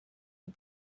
the